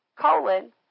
colon